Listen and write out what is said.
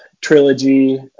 trilogy